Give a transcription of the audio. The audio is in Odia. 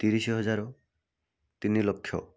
ତିରିଶ ହଜାର ତିନି ଲକ୍ଷ